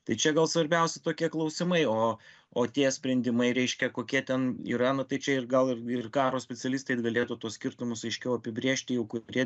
tai čia gal svarbiausi tokie klausimai o o tie sprendimai reiškia kokie ten yra nu tai čia ir gal ir karo specialistai galėtų tuos skirtumus aiškiau apibrėžti jau kurie